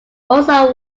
also